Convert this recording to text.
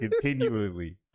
continually